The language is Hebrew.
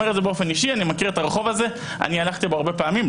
הלכתי ברחוב הזה הרבה פעמים.